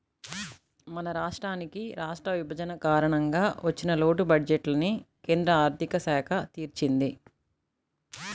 మన రాష్ట్రానికి రాష్ట్ర విభజన కారణంగా వచ్చిన లోటు బడ్జెట్టుని కేంద్ర ఆర్ధిక శాఖ తీర్చింది